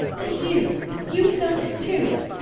and you you've felt it too!